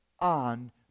on